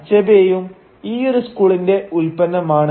അച്ഛബേയും ഈ ഒരു സ്കൂളിന്റെ ഉത്പന്നമാണ്